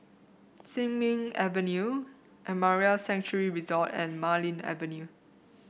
Sin Ming Avenue Amara Sanctuary Resort and Marlene Avenue